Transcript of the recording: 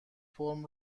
فرم